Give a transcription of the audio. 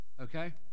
Okay